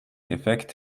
effekt